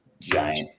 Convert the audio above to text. Giant